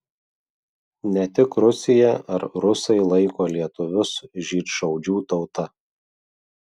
ne tik rusija ar rusai laiko lietuvius žydšaudžių tauta